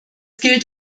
gilt